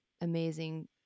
amazing